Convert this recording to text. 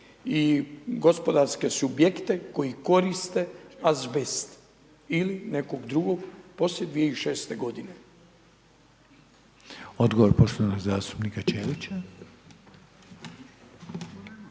i gospodarske subjekte koji koriste azbest ili nekog drugog poslije 2006. godine? **Reiner, Željko